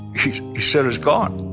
he said, it's gone.